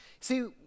See